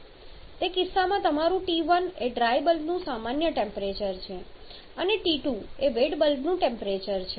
તે કિસ્સામાં તમારું T1 એ ડ્રાય બલ્બનું સામાન્ય ટેમ્પરેચર છે અને T2 એ વેટ બલ્બનું ટેમ્પરેચર છે